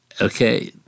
Okay